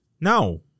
No